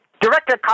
Director